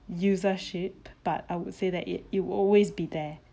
usership but I would say that it it will always be there